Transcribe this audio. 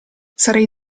sarei